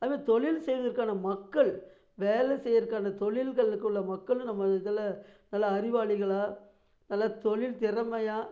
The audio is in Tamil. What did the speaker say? அது மாதிரி தொழில் செய்வதற்கான மக்கள் வேலை செய்றதுக்கான தொழில்களுக்குள்ளே மக்களும் நம்ம இதில் நல்லா அறிவாளிகளாக நல்ல தொழில் திறமையாக